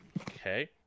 Okay